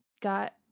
got